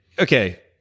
Okay